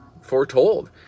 foretold